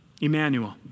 Emmanuel